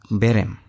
berem